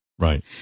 Right